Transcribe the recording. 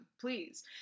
please